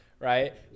right